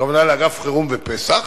הכוונה לאגף חירום ופס"ח,